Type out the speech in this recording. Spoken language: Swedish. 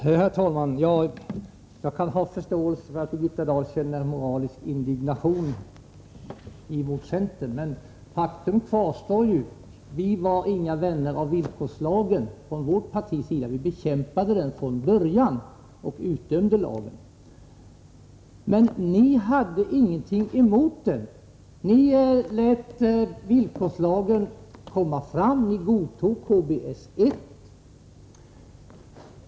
Herr talman! Jag kan ha förståelse för att Birgitta Dahl känner moralisk indignation mot centern, men faktum kvarstår ju: vi var inga vänner av villkorslagen från vårt partis sida. Vi bekämpade den från början och utdömde lagen. Men ni hade ingenting emot den, Birgitta Dahl. Ni lät villkorslagen komma fram. Ni godkände KBS 1.